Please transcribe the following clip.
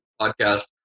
podcast